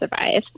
survive